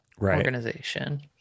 organization